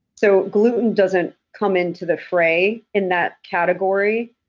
so gluten doesn't come into the fray in that category,